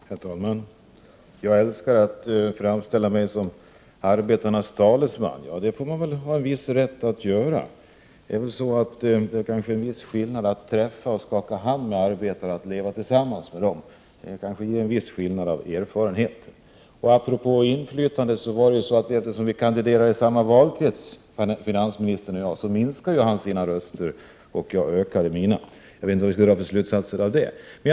Herr talman! Finansministern påstod att jag älskar att framställa mig som arbetarnas talesman. Det har jag väl en viss rätt att göra. Det är kanske en viss skillnad mellan att träffa och skaka hand med arbetare och att leva tillsammans med dem. Det ger kanske en viss skillnad i erfarenhet. Apropå inflytande så kandiderade ju herr finansministern och jag i samma valkrets. Finansministern minskade sina röster, medan jag ökade mina. Jag vet inte vad vi skall dra för slutsatser av det valresultatet.